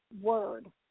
word